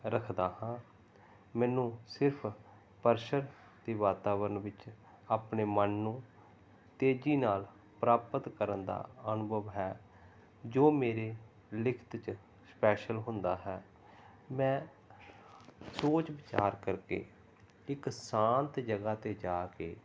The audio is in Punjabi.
ਰੱਖਦਾ ਹਾਂ ਮੈਨੂੰ ਸਿਰਫ਼ ਪਰਸ਼ਰ ਦੀ ਵਾਤਾਵਰਨ ਵਿੱਚ ਆਪਣੇ ਮਨ ਨੂੰ ਤੇਜ਼ੀ ਨਾਲ ਪ੍ਰਾਪਤ ਕਰਨ ਦਾ ਅਨੁਭਵ ਹੈ ਜੋ ਮੇਰੇ ਲਿਖਤ 'ਚ ਸਪੈਸ਼ਲ ਹੁੰਦਾ ਹੈ ਮੈਂ ਸੋਚ ਵਿਚਾਰ ਕਰਕੇ ਇੱਕ ਸ਼ਾਂਤ ਜਗ੍ਹਾ 'ਤੇ ਜਾ ਕੇ